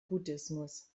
buddhismus